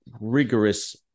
rigorous